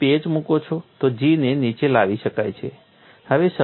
તમે પેચ મૂકો છો તો G ને નીચે લાવી શકાય છે